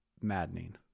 maddening